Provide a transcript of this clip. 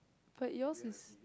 but yours is